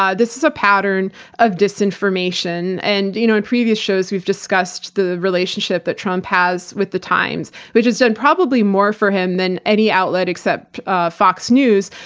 ah this is a pattern of disinformation. and you know in previous shows, we've discussed the relationship that trump has with the times, which has done probably more for him than any outlet, except ah fox news,